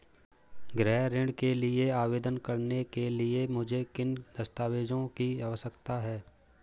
गृह ऋण के लिए आवेदन करने के लिए मुझे किन दस्तावेज़ों की आवश्यकता है?